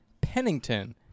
Pennington